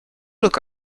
look